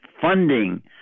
funding